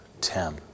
Tim